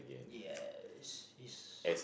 yes is